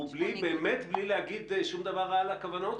וזה באמת בלי להגיד שום דבר רע על הכוונות.